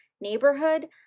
neighborhood